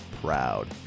proud